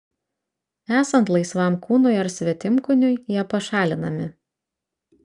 esant laisvam kūnui ar svetimkūniui jie pašalinami